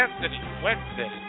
Wednesday